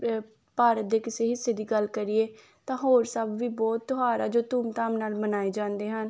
ਭਾਰਤ ਦੇ ਕਿਸੇ ਹਿੱਸੇ ਦੀ ਗੱਲ ਕਰੀਏ ਤਾਂ ਹੋਰ ਸਭ ਵੀ ਬਹੁਤ ਤਿਉਹਾਰ ਹੈ ਜੋ ਧੂਮਧਾਮ ਨਾਲ ਮਨਾਏ ਜਾਂਦੇ ਹਨ